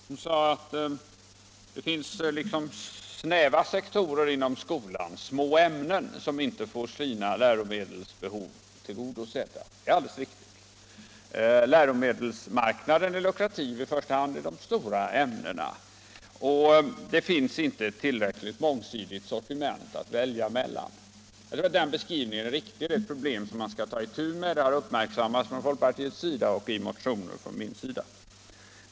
Hon sade att det finns snäva sektorer inom skolan, små ämnen som inte får sina läromedelsbehov tillgodosedda. Det är alldeles riktigt. Läromedelsmarknaden är lukrativ i första hand i de stora ämnena, och det finns inte ett tillräckligt mångsidigt sortiment att välja ur i de små. Jag tror att den beskrivningen är riktig. Det är ett problem som man skall ta itu med, och det har uppmärksammats av folkpartiet, bl.a. i motioner av mig.